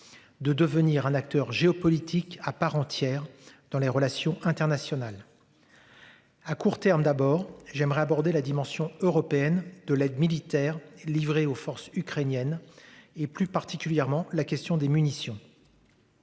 De devenir un acteur géopolitique à part entière dans les relations internationales. À court terme d'abord j'aimerais aborder la dimension européenne de l'aide militaire livrée aux forces ukrainiennes et plus particulièrement la question des munitions.